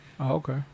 okay